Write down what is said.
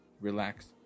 relax